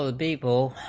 ah people